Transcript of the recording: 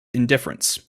indifference